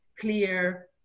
clear